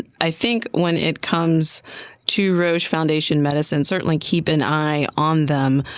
i think when it comes to roche, foundation medicine, certainly keep an eye on them,